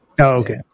okay